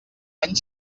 any